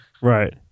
Right